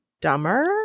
dumber